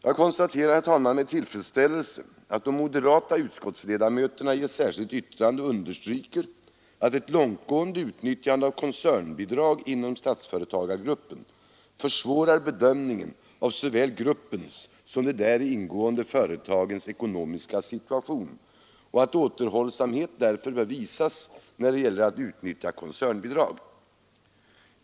Jag konstaterar med tillfredsställelse att de moderata utskottsledamöterna i ett särskilt yttrande understryker att ett långtgående utnyttjande av koncernbidrag inom Statsföretagsgruppen försvårar bedömningen av såväl gruppens som de däri ingående företagens ekonomiska situation och att återhållsamhet därför bör visas när det gäller att utnyttja koncernbidrag.